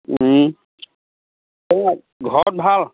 এইয়া ঘৰত ভাল